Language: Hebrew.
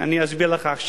אז אני אסביר לך עכשיו,